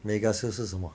mega sale 是什么